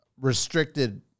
restricted